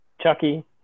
Chucky